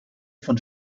von